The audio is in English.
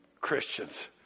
Christians